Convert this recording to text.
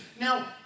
Now